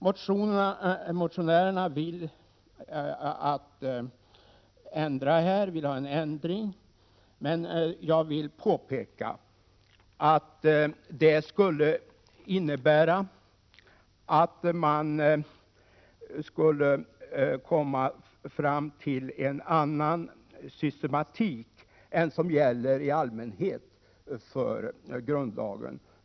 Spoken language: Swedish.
Motionärerna önskar en ändring på denna punkt, men jag vill påpeka att det skulle innebära att man kom fram till en annan systematik än den som gäller i allmänhet för grundlagen.